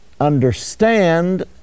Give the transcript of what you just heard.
understand